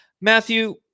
Matthew